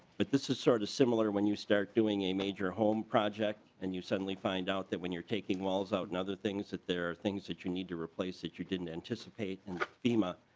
but this is sort of similar when you start doing a major home project and you suddenly find out that when you're taking miles out and other things that there are things that you need to replace it you didn't anticipate and fema.